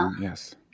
yes